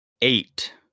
eight